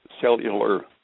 cellular